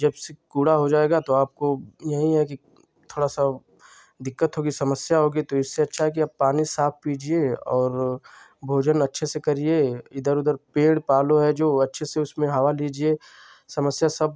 जब से कूड़ा हो जाएगा तो आपको यही है कि थोड़ा सा दिक्कत होगी समस्या होगी तो इससे अच्छा है कि आप पानी साफ पीजिए और भोजन अच्छे से करिए इधर उधर पेड़ पालो है जो अच्छे से उसमें हवा लीजिए समस्या सब